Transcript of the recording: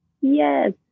Yes